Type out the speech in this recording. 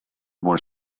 were